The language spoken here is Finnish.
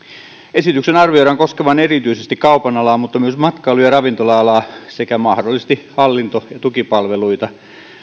esityksen arvioidaan koskevan erityisesti kaupan alaa mutta myös matkailu ja ravintola alaa sekä mahdollisesti hallinto ja tukipalveluita